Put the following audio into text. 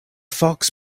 fox